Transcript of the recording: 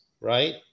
right